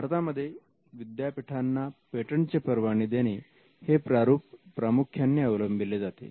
भारतामध्ये विद्यापीठांना पेटंटचे परवाने देणे हे प्रारूप प्रामुख्याने अवलंबिले जाते